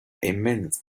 immense